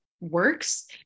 works